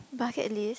bucket list